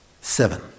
Seven